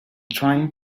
trying